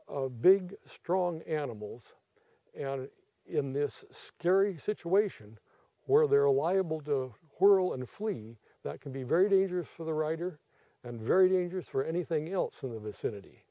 big strong animals and in this scary situation where they're liable to whirl and flee that can be very dangerous for the writer and very dangerous for anything else in the vicinity